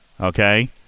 okay